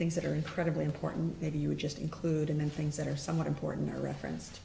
things that are incredibly important maybe you just include in the things that are somewhat important reference